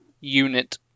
unit